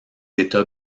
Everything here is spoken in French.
états